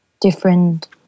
different